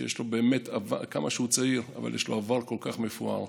שכמה שהוא צעיר יש לו עבר כל כך מפואר,